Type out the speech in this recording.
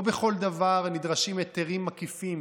לא בכל דבר נדרשים היתרים מקיפים.